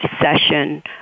session